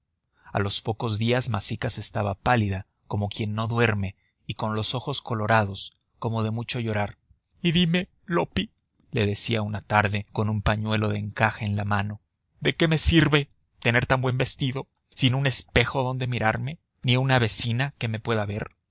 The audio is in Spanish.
a los pocos días masicas estaba pálida como quien no duerme y con los ojos colorados como de mucho llorar y dime loppi le decía una tarde con un pañuelo de encaje en la mano de qué me sirve tener tan buen vestido sin un espejo donde mirarme ni una vecina que me pueda ver